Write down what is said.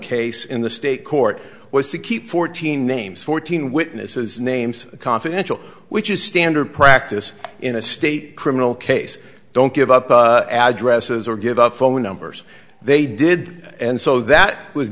case in the state court was to keep fourteen names fourteen witnesses names confidential which is standard practice in a state criminal case don't give up addresses or give out phone numbers they did and so that was